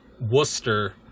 Worcester